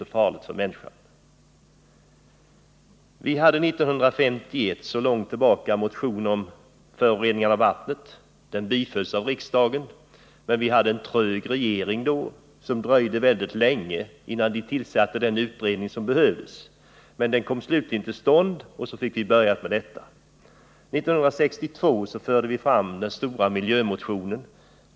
Så långt tillbaka i tiden som 1951 väckte vi en motion om vattenföroreningar. Den bifölls av riksdagen. Men vi hade en trög regering som dröjde länge med att tillsätta den utredning som behövdes. Till slut kom den dock till stånd och började arbeta. År 1962 förde vi fram den stora miljömotionen.